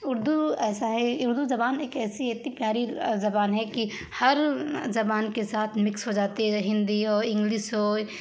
اردو ایسا ہے اردو زبان ایک ایسی اتی پیاری زبان ہے کہ ہر زبان کے ساتھ مکس ہو جاتی ہے ہندی ہو انگلش ہو